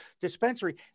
dispensary